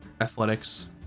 athletics